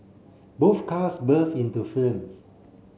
both cars burst into flames